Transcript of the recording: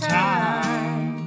time